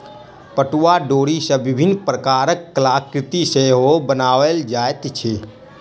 पटुआक डोरी सॅ विभिन्न प्रकारक कलाकृति सेहो बनाओल जाइत अछि